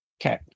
Okay